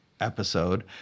episode